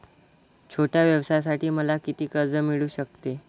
छोट्या व्यवसायासाठी मला किती कर्ज मिळू शकते?